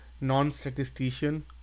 non-statistician